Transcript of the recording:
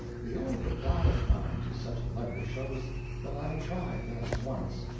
the old reply of mine to such a letter shows that i tried that once.